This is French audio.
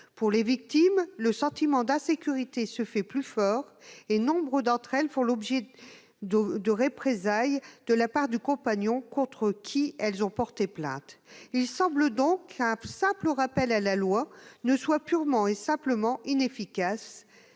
Pour les victimes, le sentiment d'insécurité se fait plus fort, et nombre d'entre elles font ensuite l'objet de représailles de la part du compagnon contre qui elles ont porté plainte. Il semble donc qu'un simple rappel à la loi soit purement et simplement inefficace,